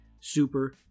super